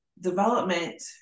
development